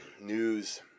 news